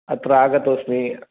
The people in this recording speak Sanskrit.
अत्र आगतोस्मि